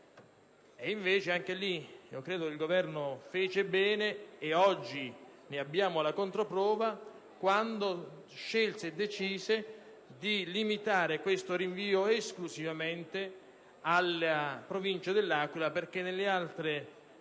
e invece credo che il Governo fece bene - e oggi ne abbiamo la controprova - quando scelse e decise di limitare questo rinvio esclusivamente alla Provincia dell'Aquila perché nelle altre Province,